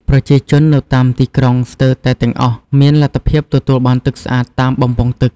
ប្រជាជននៅតាមទីក្រុងស្ទើរតែទាំងអស់មានលទ្ធភាពទទួលបានទឹកស្អាតតាមបំពង់ទឹក។